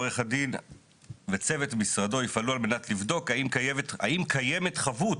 עורך הדין וצוות משרדו יפעלו על מנת לבדוק האם קיימת חבות